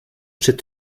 před